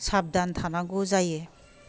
साबधान थानांगौ जायो